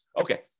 Okay